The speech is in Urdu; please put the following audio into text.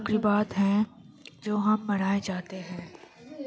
تقریبات ہیں جو ہم منائے جاتے ہیں